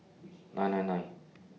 nine nine nine